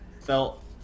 felt